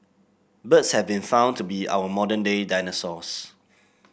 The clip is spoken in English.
birds have been found to be our modern day dinosaurs